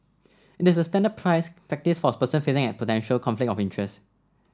it is the standard practice for a person facing a potential conflict of interest